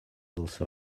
also